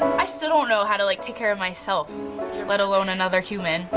i still don't know how to like take care of myself let alone another human.